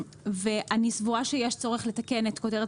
אני סבורה שיש צורך לתקן את כותרת